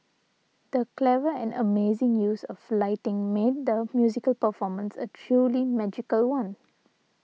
the clever and amazing use of lighting made the musical performance a truly magical one